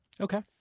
Okay